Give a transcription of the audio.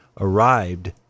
arrived